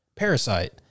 Parasite